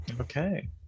Okay